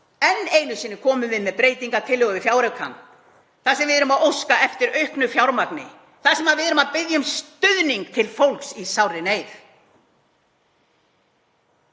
Enn einu sinni komum við með breytingartillögur við fjáraukann þar sem við erum að óska eftir auknu fjármagni, þar sem við erum að biðja um stuðning til fólks í sárri neyð.